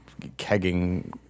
kegging